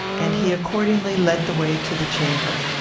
and he accordingly led the way to the chamber.